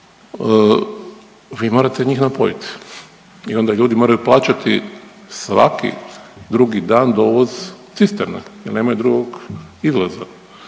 vi morate njih napojiti i onda ljudi moraju plaćati svaki drugi dan dovoz cisterne jer nemaju drugog izlaza.